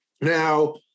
Now